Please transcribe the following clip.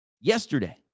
yesterday